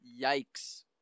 Yikes